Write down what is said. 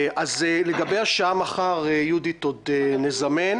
אז לגבי השעה מחר, יהודית, עוד נזמן.